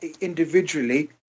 individually